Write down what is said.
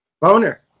Boner